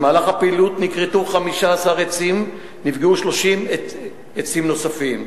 במהלך הפעילות נכרתו 15 עצים ונפגעו 30 עצים נוספים.